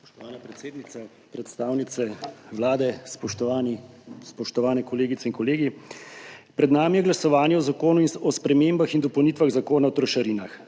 Spoštovana predsednica, predstavnice Vlade, spoštovani kolegice in kolegi! Pred nami je glasovanje o zakonu o spremembah in dopolnitvah Zakona o trošarinah.